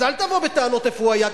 אז אל תבוא בטענות איפה הוא היה,